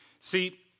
See